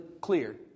clear